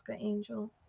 angel